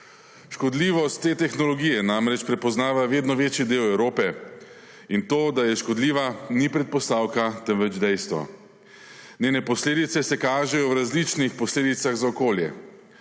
Škodljivost te tehnologije namreč prepoznava vedno večji del Evrope. In to, da je škodljiva, ni predpostavka temveč dejstvo. Njene posledice se kažejo v različnih posledicah za okolje.